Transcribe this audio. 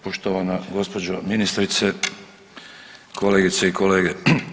Poštovana gospođo ministrice, kolegice i kolege.